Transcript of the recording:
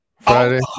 Friday